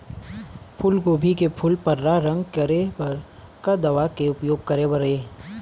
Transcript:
फूलगोभी के फूल पर्रा रंग करे बर का दवा के उपयोग करे बर ये?